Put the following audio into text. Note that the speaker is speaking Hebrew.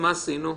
מה עשינו בזה?